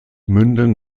münden